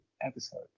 episode